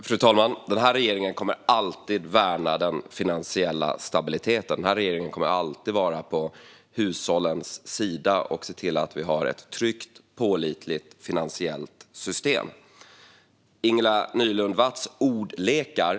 Fru talman! Den här regeringen kommer alltid att värna den finansiella stabiliteten. Den här regeringen kommer alltid att vara på hushållens sida och se till att vi har ett tryggt och pålitligt finansiellt system. Ingela Nylund Watz ägnar sig åt ordlekar.